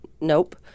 Nope